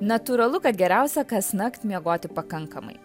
natūralu kad geriausia kasnakt miegoti pakankamai